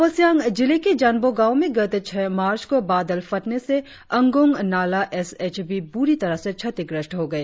अपर सियांग जिले के जनबो गांव में गत छह मार्च को बादल फटने से अंगोंग नालाह एस एच पी बुरी तरह से क्षतिग्रस्त हो गए